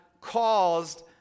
caused